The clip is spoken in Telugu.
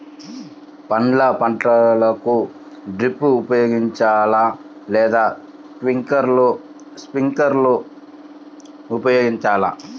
పండ్ల పంటలకు డ్రిప్ ఉపయోగించాలా లేదా స్ప్రింక్లర్ ఉపయోగించాలా?